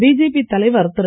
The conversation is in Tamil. பிஜேபி தலைவர் திரு